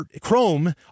Chrome